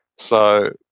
so,